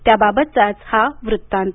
त्या बाबतचाच हा वृत्तांत